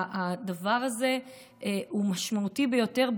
הדבר הזה הוא משמעותי ביותר,